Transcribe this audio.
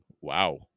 Wow